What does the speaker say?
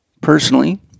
Personally